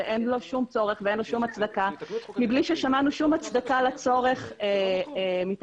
שאין לו שום צורך ושום הצדקה מבלי ששמענו שום הצדקה לצורך מטעמכם,